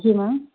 जी ma'am